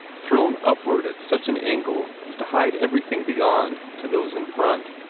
thrown upward at such an angle as to hide everything beyond to those in front.